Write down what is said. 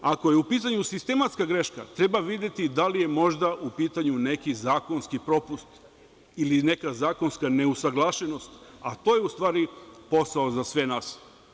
Ako je u pitanju sistematska greška, treba videti da li je možda u pitanju neki zakonski propust ili neka zakonska neusaglašenost, a to je u stvari posao za sve nas.